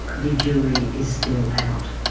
the jury is still out.